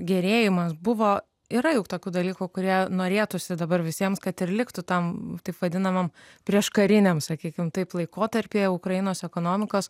gerėjimas buvo yra juk tokių dalykų kurie norėtųsi dabar visiems kad ir liktų tam taip vadinamam prieškariniam sakykim taip laikotarpyje ukrainos ekonomikos